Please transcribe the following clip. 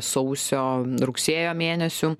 sausio rugsėjo mėnesių